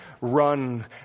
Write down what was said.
run